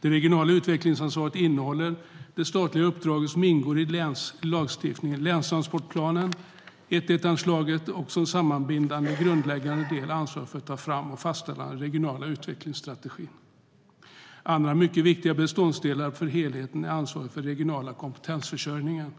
Det regionala utvecklingsansvaret innehåller det statliga uppdraget som ingår i lagstiftningen - länstransportplanen, 1:1-anslaget och som sammanbindande och grundläggande del ansvaret för att ta fram och fastställa den regionala utvecklingsstrategin. Andra mycket viktiga beståndsdelar för helheten är ansvaret för den regionala kompetensförsörjningen.